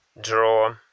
draw